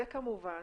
וכמובן